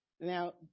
Now